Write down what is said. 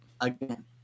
again